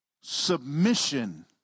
submission